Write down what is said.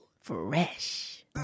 Fresh